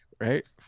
right